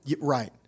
Right